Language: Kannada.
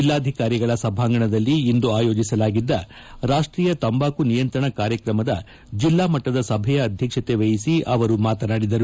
ಜಿಲ್ಲಾಧಿಕಾರಿಗಳ ಸಭಾಂಗಣದಲ್ಲಿ ಇಂದು ಆಯೋಜಿಸಲಾಗಿದ್ದ ರಾಷ್ಷೀಯ ತಂಬಾಕು ನಿಯಂತ್ರಣ ಕಾರ್ಯಕ್ರಮದ ಜಿಲ್ಲಾಮಟ್ನದ ಸಭೆಯ ಅಧ್ಯಕ್ಷತೆ ವಹಿಸಿ ಅವರು ಮಾತನಾಡಿದರು